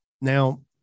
Now